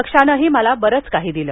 पक्षानही मला बरच काही दिलं